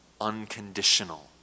unconditional